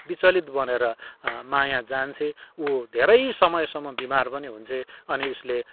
विचलित बनेर माया जान्छे ऊ धेरै समयसम्म बिमार पनि हुन्छे अनि उसले